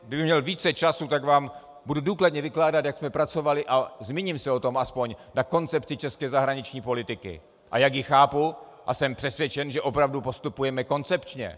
Kdybych měl více času, tak vám budu důkladně vykládat, jak jsme pracovali, a zmíním se o tom aspoň, na koncepci české zahraniční politiky, a jak ji chápu, a jsem přesvědčen, že opravdu postupujeme koncepčně.